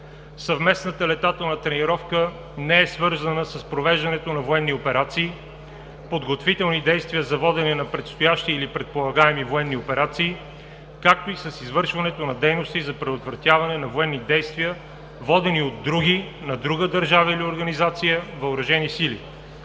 Съвместната летателна тренировка не е свързана с провеждането на военни операции, подготвителни действия за водене на предстоящи или предполагаеми военни операции, както и с извършването на дейности за предотвратяване на военни действия, водени от други, на друга държава или организация въоръжени сили.